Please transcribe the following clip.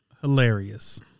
hilarious